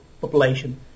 population